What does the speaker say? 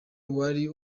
wari